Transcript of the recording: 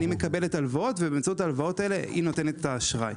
היא מקבלת הלוואות ובאמצעות ההלוואות האלה היא נותנת את האשראי.